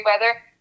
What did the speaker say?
weather